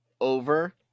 over